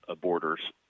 borders